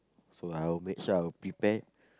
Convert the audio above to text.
so I will make sure I will prepare